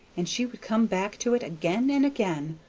and she would come back to it again and again,